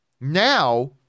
now